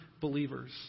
believers